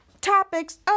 Topics